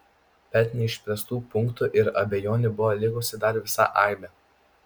bet neišspręstų punktų ir abejonių buvo likusi dar visa aibė